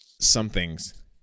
Somethings